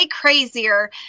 crazier